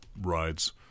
rides